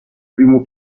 primo